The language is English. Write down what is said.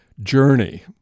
journey